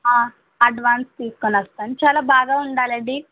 advance తీసుకుని వస్తాను చాలా బాగా ఉండాలండి